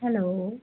hello